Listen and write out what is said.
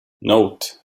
note